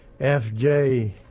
FJ